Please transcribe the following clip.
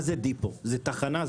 מה זה זה תחנה.